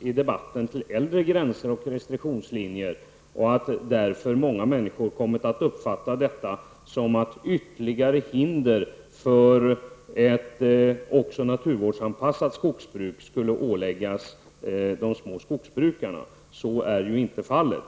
i debatten lagts till äldre gränser och restriktionslinjer och att många människor därför kommit att uppfatta detta som att ytterligare hinder för ett naturvårdsanpassat skogsbruk skulle åläggas de små skogsbrukarna. Så är ju inte fallet.